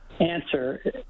answer